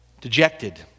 dejected